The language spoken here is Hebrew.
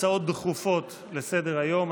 הצעות דחופות לסדר-היום.